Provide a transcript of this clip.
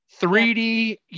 3D